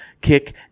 kick